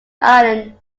island